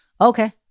Okay